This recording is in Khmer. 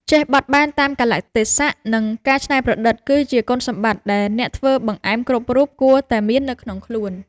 ចេះបត់បែនតាមកាលៈទេសៈ និងការច្នៃប្រឌិត គឺជាគុណសម្បត្តិដែលអ្នកធ្វើបង្អែមគ្រប់រូបគួរតែមាននៅក្នុងខ្លួន។